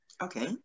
Okay